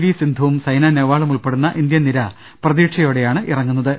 V സിന്ധുവും സ്സൈന നെഹ്വാളും ഉൾപ്പെടുന്ന ഇന്ത്യൻ നിര പ്രതീക്ഷയോടെയാണ് ഇറങ്ങുന്ന ത്